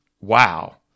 Wow